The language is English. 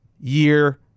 year